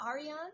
Ariane